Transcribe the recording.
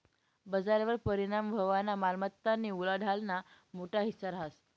बजारवर परिणाम व्हवामा मालमत्तानी उलाढालना मोठा हिस्सा रहास